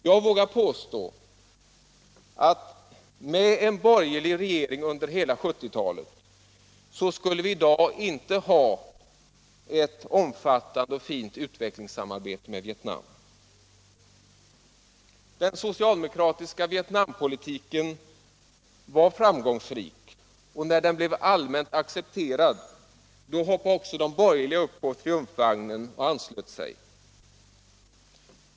Jag vågar påstå att med en borgerlig regering under hela 1970-talet skulle vi i dag inte ha haft ett omfattande och fint utvecklingssamarbete med Vietnam. Den socialdemokratiska Vietnampolitiken var framgångsrik, och när den blev allmänt accepterad hoppade också de borgerliga upp på triumfvagnen och anslöt sig.